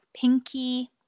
Pinky